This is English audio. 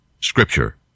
Scripture